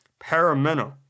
parameno